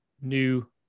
new